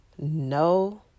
No